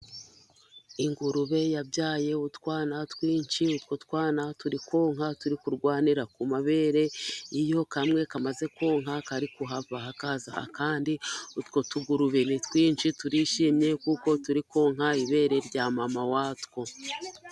Ingurube yabyaye utwana twinshi, utwo twana turi konka turi kurwanira ku mabere, iyo kamwe kamaze konka kari kuhava hakaza akandi, utwo tugurube ni twinshi turishimye kuko turi konka ibere rya mama watwo.